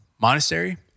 monastery